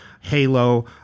Halo